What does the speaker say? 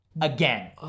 Again